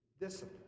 Discipline